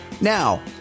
Now